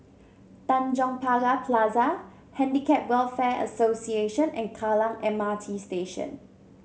Tanjong Pagar Plaza Handicap Welfare Association and Kallang M R T Station